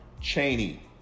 Cheney